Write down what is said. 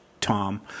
Tom